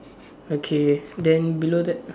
okay then below that